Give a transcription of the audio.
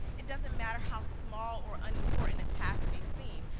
it doesn't matter how small or unimportant a task may seem,